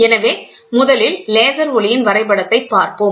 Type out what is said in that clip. எனவே முதலில் லேசர் ஒளியின் வரைபடத்தை பார்ப்போம்